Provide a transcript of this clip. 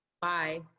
Bye